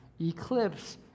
eclipse